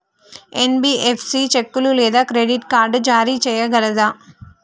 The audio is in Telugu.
ఎన్.బి.ఎఫ్.సి చెక్కులు లేదా క్రెడిట్ కార్డ్ జారీ చేయగలదా?